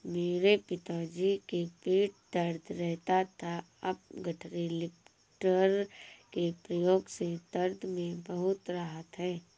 मेरे पिताजी की पीठ दर्द रहता था अब गठरी लिफ्टर के प्रयोग से दर्द में बहुत राहत हैं